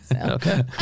Okay